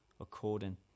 according